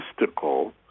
mystical